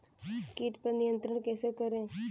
कीट पर नियंत्रण कैसे करें?